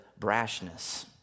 brashness